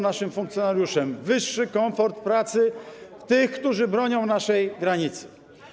naszym funkcjonariuszom, wyższy komfort pracy tych, którzy bronią naszej granicy.